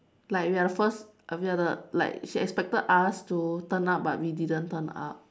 like we are the first uh we are the like she expected us to turn up but we didn't turn up